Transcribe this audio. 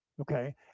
Okay